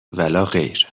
ولاغیر